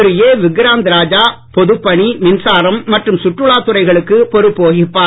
திரு A Vikrant Raja பொதுப்பணி மின்சாரம் மற்றும் சுற்றுலா துறைகளுக்கு பொறுப்பு வகிப்பார்